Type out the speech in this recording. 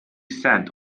sent